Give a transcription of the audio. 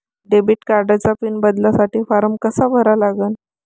Debit कार्डचा pin बदलासाठी form कसा भरा लागन?